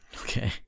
Okay